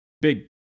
big